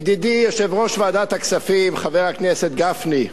ידידי יושב-ראש ועדת הכספים, חבר הכנסת גפני,